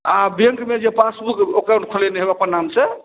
आओर बैँकमे जे पासबुक अकाउण्ट खोलेने हेबै अपन नामसे